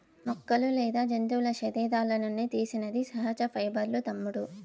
మొక్కలు లేదా జంతువుల శరీరాల నుండి తీసినది సహజ పైబర్లూ తమ్ముడూ